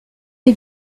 est